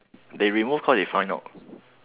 they remove cause they find out